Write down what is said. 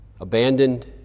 abandoned